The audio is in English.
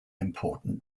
important